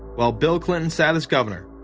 while bill clinton sat as governor.